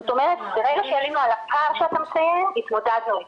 זאת אומרת שברגע שעלינו על הפער, התמודדנו איתו,